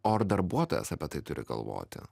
o ar darbuotojas apie tai turi galvoti